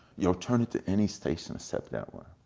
yo, turn it to any station except that one.